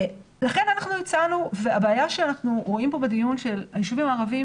הבעיה שאנחנו רואים פה בדיון של היישובים הערביים,